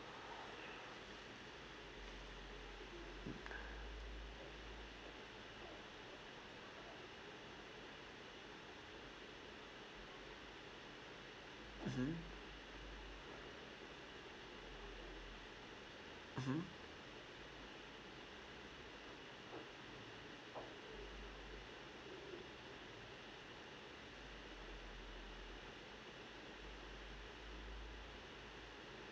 mmhmm mmhmm